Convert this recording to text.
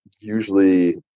Usually